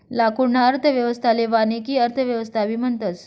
लाकूडना अर्थव्यवस्थाले वानिकी अर्थव्यवस्थाबी म्हणतस